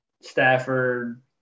Stafford